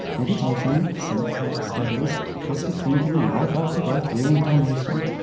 meditation, self-help studies, positive thinking, life after death, reincarnation,